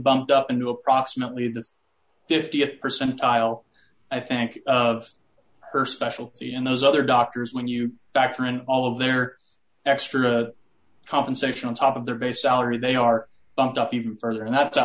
bumped up into approximately the th percentile i think of her specialty and those other doctors when you factor in all of their extra compensation on top of their base salary they are bumped up even further and that's